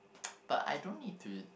but I don't need to